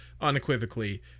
unequivocally